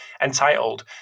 entitled